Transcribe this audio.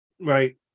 Right